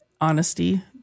honesty